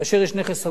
כאשר יש נכס הרוס,